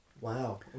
Wow